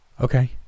Okay